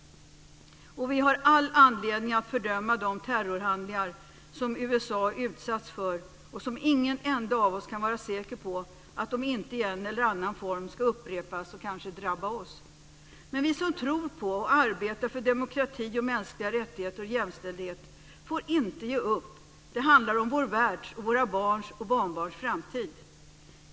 Vi har all anledning att fördöma de terrorhandlingar som USA utsatts för och som ingen enda av oss kan vara säker på att de inte i en eller annan form ska upprepas och kanske drabba oss. Men vi som tror på och arbetar för demokrati, mänskliga rättigheter och jämställdhet får inte ge upp. Det handlar om vår världs och våra barns och barnbarns framtid.